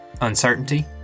uncertainty